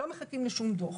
לא מחכים לשום דוח.